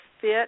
fit